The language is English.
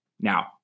now